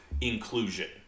Inclusion